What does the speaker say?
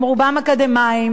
הם רובם אקדמאים,